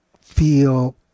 feel